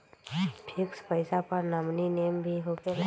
Fix पईसा पर nominee name भी होकेला?